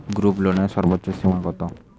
গ্রুপলোনের সর্বোচ্চ সীমা কত?